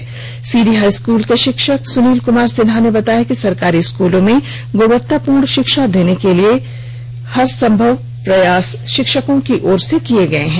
वही CD high school के शिक्षक सुनील कुमार सिन्हा ने बताया कि सरकारी स्कूलों में गुणवत्तापूर्ण शिक्षा देने के लिए हर संभव प्रयास किए जा रहे हैं